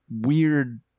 weird